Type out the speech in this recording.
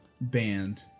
band